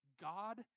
God